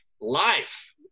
life